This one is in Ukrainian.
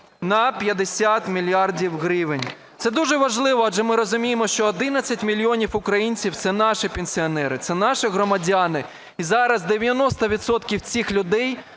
на 50 мільярдів гривень. Це дуже важливо, адже ми розуміємо, що 11 мільйонів українців – це наші пенсіонери, це наші громадяни. І зараз 90 відсотків